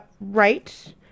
Right